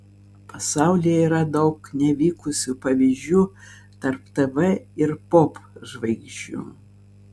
pasaulyje yra daug nevykusių pavyzdžių tarp tv ir popžvaigždžių